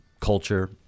culture